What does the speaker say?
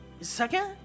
Second